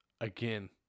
Again